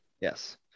Yes